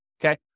Okay